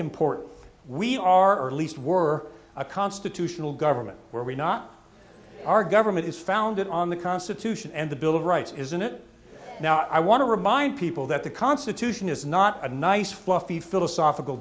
important we are at least we're a constitutional government where we not our government is founded on the constitution and the bill of rights isn't it now i want to remind people that the constitution is not a nice fluffy philosophical